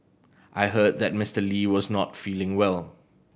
I heard that Mister Lee was not feeling well